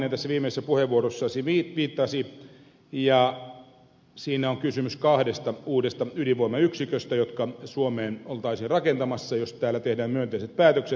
manninen tässä viimeisessä puheenvuorossa viittasi ja siinä on kysymys kahdesta uudesta ydinvoimayksiköstä jotka suomeen oltaisiin rakentamassa jos täällä tehdään myönteiset päätökset